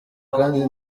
kandi